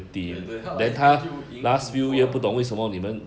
对对他来那边就赢很多 liao